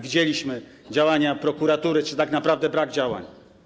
Widzieliśmy działania prokuratury, a tak naprawdę brak działań.